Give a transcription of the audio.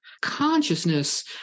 Consciousness